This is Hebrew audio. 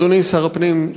אדוני שר הפנים,